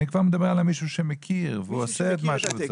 אני כבר מדבר על מישהו שמכיר, שעושה את מה שצריך.